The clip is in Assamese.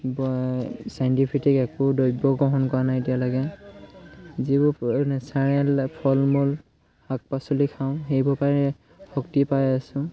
চাইণ্টিফিক একো দ্ৰব্য গ্ৰহণ কৰা নাই এতিয়ালৈকে যিবোৰ নেচাৰেল ফল মূল শাক পাচলি খাওঁ সেইবোৰ পাই শক্তি পাই আছোঁ